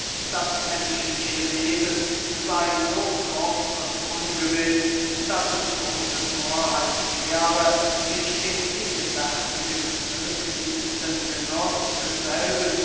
das menschliche leben sey so kurz und ungewiß daß es große thorheit wäre sich den gegenwärtigen möglichsten genuß desselben